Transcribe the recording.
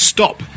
Stop